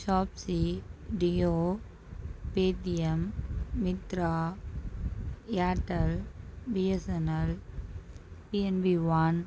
சாப்ஸி டியோ Paytm Myntra Airtel BSNL PNB one